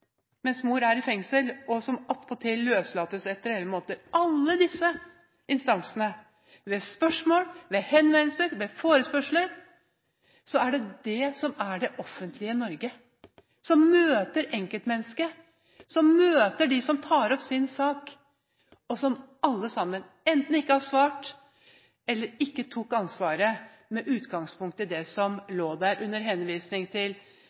mens mor er i fengsel og attpåtil løslates etter elleve måneder. Alle disse instansene – ved spørsmål, ved henvendelser, ved forespørsler – er dem som er det offentlige Norge, som møter enkeltmennesket, som møter dem som tar opp sin sak, og som alle sammen enten ikke har svart, eller ikke tok ansvaret med utgangspunkt i det som lå der, under henvisning til